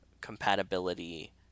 compatibility